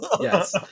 Yes